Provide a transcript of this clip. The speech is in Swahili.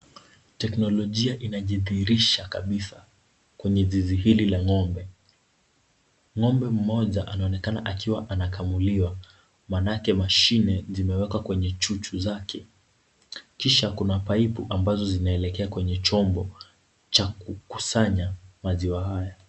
Teknolojia inajidhirisha kabisaa kwenye zizi hilo la ng'ombe.Ng'ombe mmoja, anaonekana akiwa anakamuliwa. Manake mashine zimewekwa kwenye chuchu zake .Kisha kuna paipu ambazo zinaelekea kwenye chombo cha kukusanya maziwa haya.